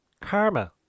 karma